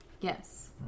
Yes